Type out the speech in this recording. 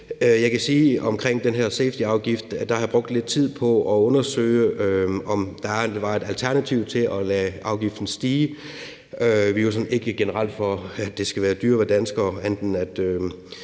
Jeg kan sige omkring den her safetyafgift, at jeg har brugt lidt tid på at undersøge, om der var et alternativ til at lade afgiften stige. Vi er jo ikke sådan generelt for, at det skal være dyrere at være